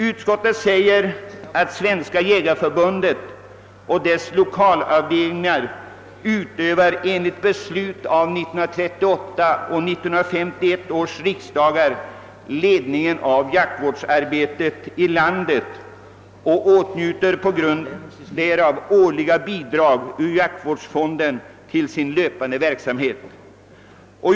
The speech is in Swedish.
Utskottet anför att Svenska jägareförbundet och dess lokalavdelningar enligt beslut av 1938 och 1951 års riksdagar utövar ledningen av jaktvårdsarbetet i landet och på grund därav åtnjuter årliga bidrag ur jaktvårdsfonden till sin löpande verksamhet.